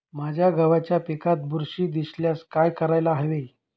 माझ्या गव्हाच्या पिकात बुरशी दिसल्यास काय करायला हवे?